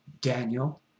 Daniel